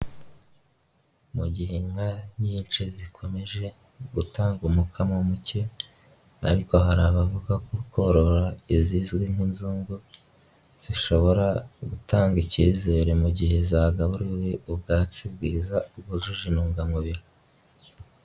Mu gihe inka nyinshi zikomeje gutanga umukamo muke ariko hari abavuga ko korora izizwi nk'inzungu zishobora gutanga icyizere mu gihe zagabanuruwe ubwatsi bwiza bwujuje intungamubiri.